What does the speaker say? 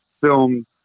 filmed